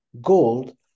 gold